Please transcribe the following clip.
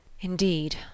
Indeed